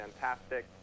fantastic